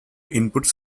inputs